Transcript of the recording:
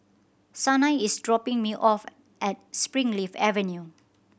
Sanai is dropping me off at Springleaf Avenue